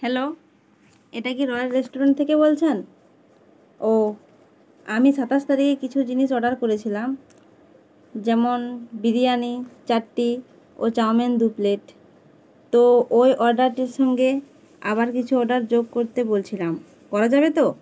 hello এটা কি royal restaurant থেকে বলছেন ও আমি সাতাশ তারিখে কিছু জিনিস অর্ডার করেছিলাম যেমন বিরিয়ানি চারটি ও চাউমিন দু প্লেট তো ওই অর্ডারটির সঙ্গে আবার কিছু অর্ডার যোগ করতে বলছিলাম করা যাবে তো